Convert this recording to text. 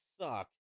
suck